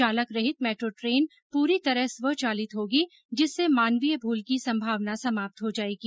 चालकरहित metro train पूरी तरह स्वचालित होगी जिससे मानवीय भूल की संभावना समाप्त हो जायेगी